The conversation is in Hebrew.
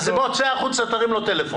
צא החוצה ותרים לו טלפון.